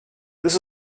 this